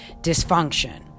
dysfunction